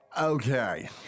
Okay